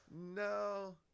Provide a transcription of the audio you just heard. No